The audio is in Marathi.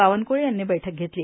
बावनक्ळे यांनी बैठक घेतलो